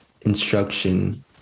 instruction